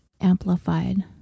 amplified